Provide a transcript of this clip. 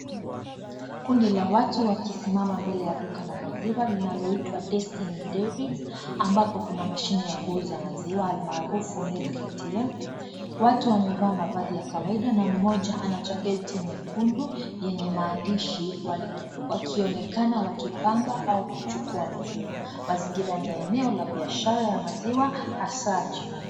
Kundi la watu wakisimama mbele ya Duka la maziwa linaloitwa Destiny Dairies ambapo kuna mashine ya kuuza maziwa almarufu milk ATM . Watu wamevaa mavazi ya kawaida na mmoja ana jaketi nyekundu yenye maandishi wakionekana wakipanga au kuchukua maziwa. Mazingira ni ya eneo la biashara ya maziwa hasa jioni.